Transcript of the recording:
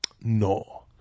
no